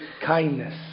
kindness